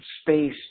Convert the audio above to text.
space